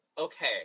okay